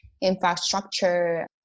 infrastructure